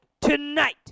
tonight